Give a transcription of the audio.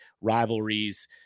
rivalries